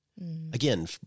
Again